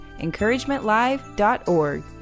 encouragementlive.org